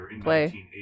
Play